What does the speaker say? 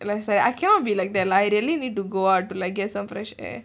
like I cannot be like that lah I really need to go out to like get some fresh air